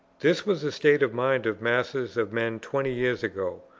this was the state of mind of masses of men twenty years ago,